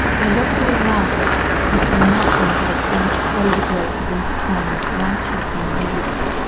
i looked all around and saw nothing but a dense overgrowth of intertwining branches and leaves.